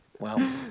Wow